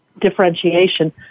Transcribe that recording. differentiation